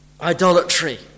idolatry